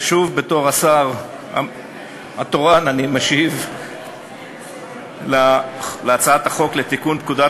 שוב בתור השר התורן אני מציג את הצעת חוק לתיקון פקודת